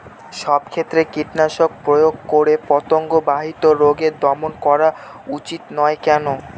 সব ক্ষেত্রে কীটনাশক প্রয়োগ করে পতঙ্গ বাহিত রোগ দমন করা উচিৎ নয় কেন?